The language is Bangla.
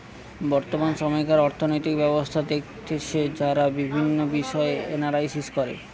বর্তমান সময়কার অর্থনৈতিক ব্যবস্থা দেখতেছে যারা বিভিন্ন বিষয় এনালাইস করে